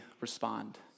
respond